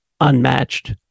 unmatched